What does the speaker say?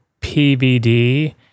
PVD